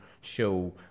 show